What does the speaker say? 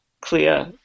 clear